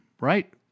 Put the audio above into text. Right